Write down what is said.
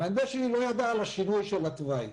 המהנדס שלי לא ידע על השינוי של התוואי.